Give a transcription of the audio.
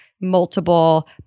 multiple